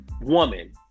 woman